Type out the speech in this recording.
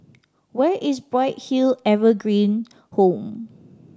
where is Bright Hill Evergreen Home